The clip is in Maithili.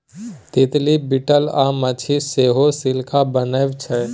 तितली, बिटल अ माछी सेहो सिल्क बनबै छै